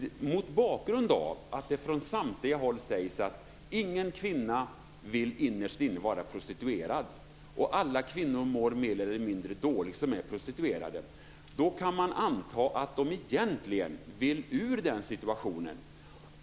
Mot bakgrund av att det från samtliga håll sägs att ingen kvinna innerst inne vill vara prostituerad och att alla kvinnor som är prostituerade mår mer eller mindre dåligt så kan man anta att de egentligen vill ur den situationen.